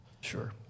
sure